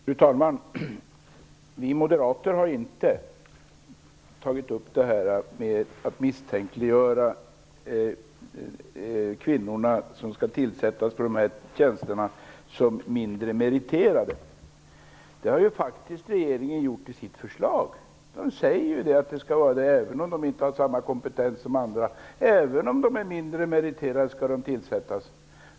Fru talman! Vi moderater har inte misstänkliggjort de kvinnor som skall tillsättas på dessa tjänster som mindre meriterade. Det har faktiskt regeringen gjort i sitt förslag. Den säger att de skall tillsättas även om de inte har samma kompetens som andra. Även om de är mindre meriterade skall de tillsättas.